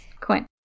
Quinn